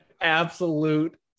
Absolute